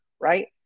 right